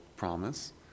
Promise